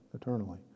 eternally